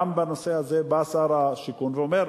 גם בנושא הזה בא שר השיכון ואומר,